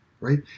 right